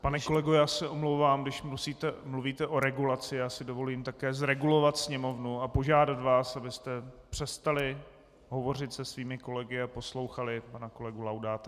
Pane kolego, já se omlouvám, když mluvíte o regulaci, já si dovolím také zregulovat sněmovnu a požádat vás, abyste přestali hovořit se svými kolegy a poslouchali pana kolegu Laudáta.